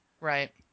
Right